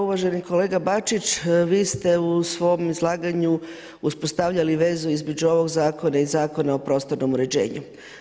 Uvaženi kolega Bačić vi ste u svom izlaganju uspostavljali vezu između ovoga Zakona i Zakona o prostornom uređenju.